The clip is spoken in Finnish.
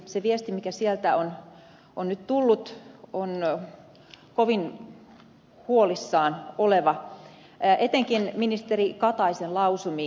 se viesti mikä sieltä on nyt tullut on kovin huolissaan oleva etenkin ministeri kataisen lausumiin